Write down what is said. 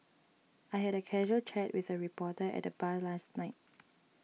I had a casual chat with a reporter at the bar last night